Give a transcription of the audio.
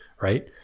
right